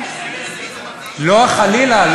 לא, חלילה.